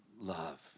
love